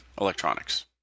electronics